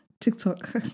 TikTok